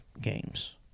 games